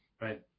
right